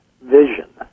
vision